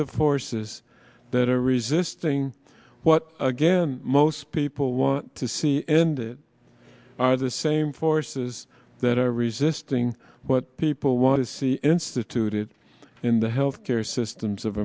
of horses that are resisting what again most people want to see ended are the same forces that are resisting what people want to see instituted in the health care systems of